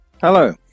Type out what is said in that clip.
Hello